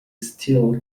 still